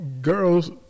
girls